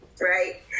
right